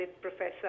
professor